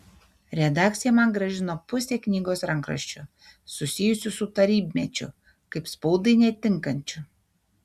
redakcija man grąžino pusę knygos rankraščių susijusių su tarybmečiu kaip spaudai netinkančių